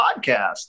podcast